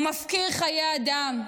הוא מפקיר חיי אדם.